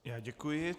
Já děkuji.